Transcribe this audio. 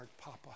Papa